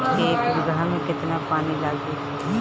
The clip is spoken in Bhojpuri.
एक बिगहा में केतना पानी लागी?